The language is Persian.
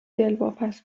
دلواپس